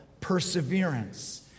Perseverance